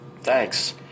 Thanks